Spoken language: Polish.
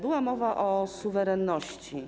Była mowa o suwerenności.